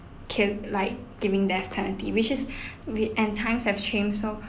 kill like giving death penalty which is we and times have changed so